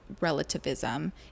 relativism